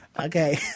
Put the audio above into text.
Okay